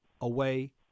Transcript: away